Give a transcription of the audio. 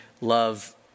love